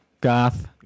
Goth